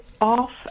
off